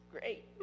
Great